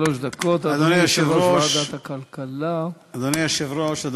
שלוש דקות, אדוני יושב-ראש ועדת הכלכלה.